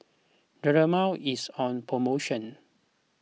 Dermale is on promotion